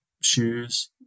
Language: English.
shoes